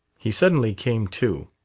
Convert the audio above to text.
he suddenly came to.